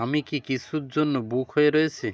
আমি কি কিছুর জন্য বুক হয়ে রয়েছি